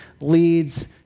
leads